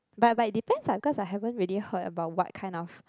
but by depends ah because I haven't ready heard about what kind of